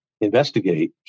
investigate